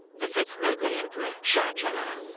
the fifth mughal emperor, shah jahan,